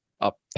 Up